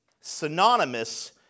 synonymous